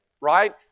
right